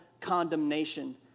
condemnation